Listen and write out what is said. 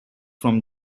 from